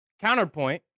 counterpoint